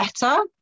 better